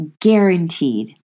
guaranteed